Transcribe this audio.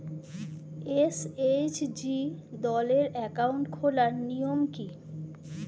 SHG দলের account খোলার নিয়ম কী?